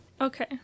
Okay